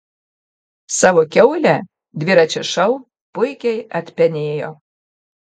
savo kiaulę dviračio šou puikiai atpenėjo